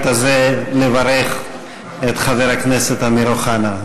הזה לברך את חבר הכנסת אמיר אוחנה,